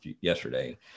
yesterday